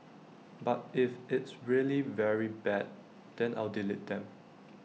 but if it's really very bad then I'll delete them